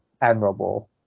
admirable